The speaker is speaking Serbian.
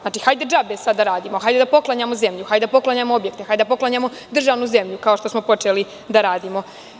Znači, hajde džabe sad da radimo, hajde da poklanjamo zemlju, hajde da poklanjamo objekte, hajde da poklanjamo državnu zemlju kao što smo počeli da radimo.